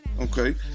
Okay